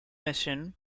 mission